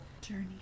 journey